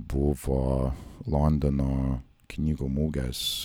buvo londono knygų mugės